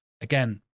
again